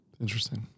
Interesting